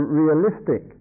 realistic